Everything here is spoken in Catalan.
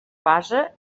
base